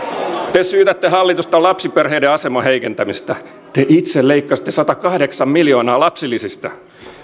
te syytätte hallitusta lapsiperheiden aseman heikentämisestä te itse leikkasitte satakahdeksan miljoonaa lapsilisistä